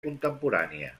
contemporània